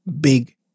big